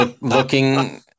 looking